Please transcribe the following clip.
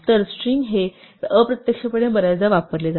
तर str हे अप्रत्यक्षपणे बऱ्याचदा वापरले जाते